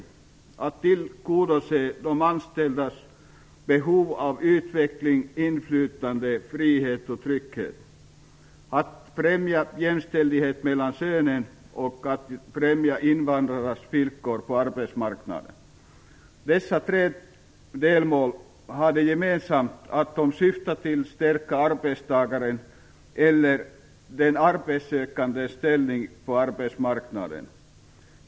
Det gäller alltså följande: att tillgodose de anställdas behov av utveckling, inflytande, frihet och trygghet att främja jämställdhet mellan könen att främja invandrarnas villkor på arbetsmarknaden Dessa tre delmål har det gemensamt att de syftar till att stärka arbetstagarens eller den arbetssökandes ställning på arbetsmarknaden.